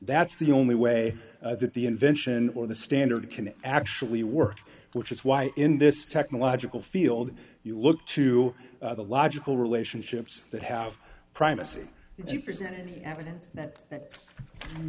that's the only way that the invention or the standard can actually work which is why in this technological field you look to the logical relationships that have primacy and you present the evidence that